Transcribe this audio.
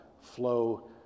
flow